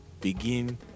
begin